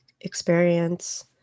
experience